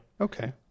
okay